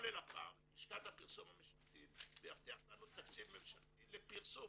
ללפ"מ ויבטיח לנו תקציב ממשלתי לפרסום,